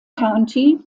county